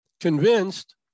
convinced